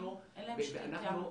אין להם שליטה?